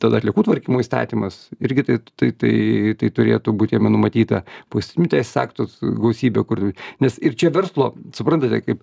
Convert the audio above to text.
tada atliekų tvarkymo įstatymas irgi tai tai tai tai turėtų būt jame numatyta poįstaminių teisės aktų gausybė kur nes ir čia verslo suprantate kaip